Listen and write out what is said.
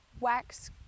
wax